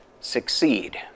succeed